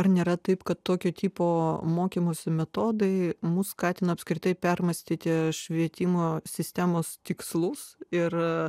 ar nėra taip kad tokio tipo mokymosi metodai mus skatina apskritai permąstyti švietimo sistemos tikslus ir